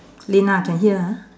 lina can hear ah